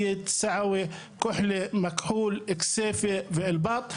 סעואה, כוחלה, מכחול, כסייפה ואלבת.